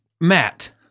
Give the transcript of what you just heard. Matt